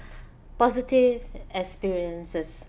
positive experiences